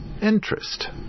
interest